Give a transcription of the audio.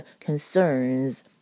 concerns